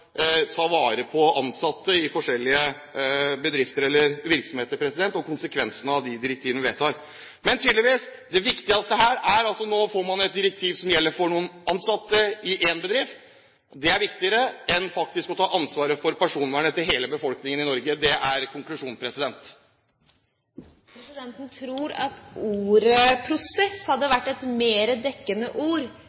konsekvensene av de direktivene en vedtar. Men det viktigste her er tydeligvis: Nå får man et direktiv som gjelder for noen ansatte i én bedrift, og det er viktigere enn faktisk å ta ansvaret for personvernet til hele befolkningen i Norge. Det er konklusjonen. Presidenten tror at ordet «prosess» hadde